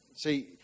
See